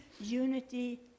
unity